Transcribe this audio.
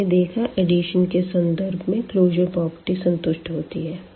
तो हमने देखा एडिशन के संदर्भ में क्लोजर प्रॉपर्टी संतुष्ट होती है